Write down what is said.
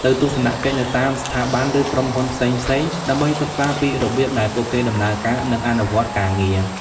ទៅទស្សនកិច្ចនៅតាមស្ថាប័ន ឬក្រុមហ៊ុនផ្សេងៗ ដើម្បីសិក្សាពីរបៀបដែលពួកគេដំណើរការ និងអនុវត្តការងារ។